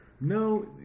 No